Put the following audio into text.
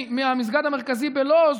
מהמסגד המרכזי בלוד,